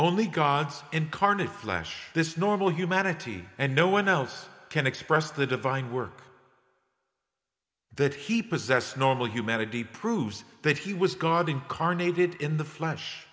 only god's incarnate flash this normal humanity and no one else can express the divine work that he possessed normal humanity proves that he was god incarnated in the flesh